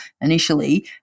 initially